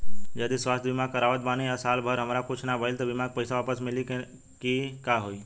जदि स्वास्थ्य बीमा करावत बानी आ साल भर हमरा कुछ ना भइल त बीमा के पईसा वापस मिली की का होई?